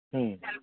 ᱦᱮᱸ